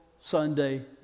Sunday